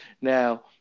Now